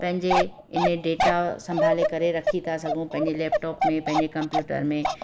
पंहिंजे इन डेटा संभाले करे रखी था सघूं पंहिंजे लैपटॉप में पंहिंजे कंप्यूटर में